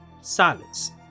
silence